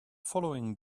following